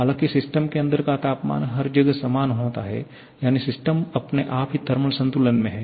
हालांकि सिस्टम के अंदर का तापमान हर जगह समान होता है यानी सिस्टम अपने आप ही थर्मल संतुलन में है